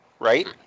Right